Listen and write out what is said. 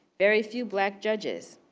very few black judges.